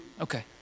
Okay